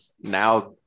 Now